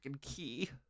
key